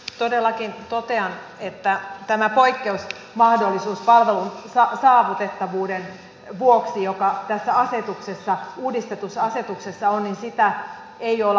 todellakin totean että tätä poikkeusmahdollisuutta palvelun saavutettavuuden vuoksi joka tässä uudistetussa asetuksessa on ei olla poistamassa